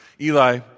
Eli